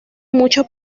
muchos